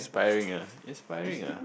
inspiring ah inspiring ah